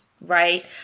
right